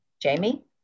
Jamie